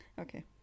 Okay